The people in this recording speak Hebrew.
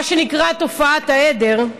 מה שנקרא "תופעת העדר",